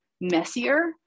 messier